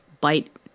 bite